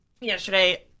Yesterday